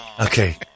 okay